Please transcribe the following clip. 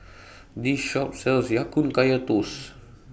This Shop sells Ya Kun Kaya Toast